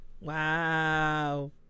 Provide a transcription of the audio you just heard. Wow